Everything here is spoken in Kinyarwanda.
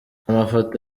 amafoto